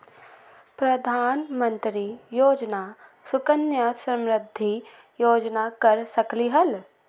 प्रधानमंत्री योजना सुकन्या समृद्धि योजना कर सकलीहल?